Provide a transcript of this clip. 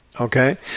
Okay